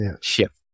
shift